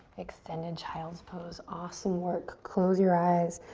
extended child's pose, awesome work. close your eyes.